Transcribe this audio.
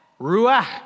ruach